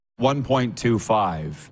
1.25